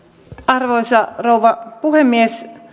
arvoisa rouva puhemies